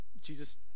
Jesus